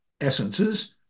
essences